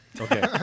Okay